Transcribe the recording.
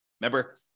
Remember